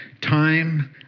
time